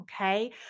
Okay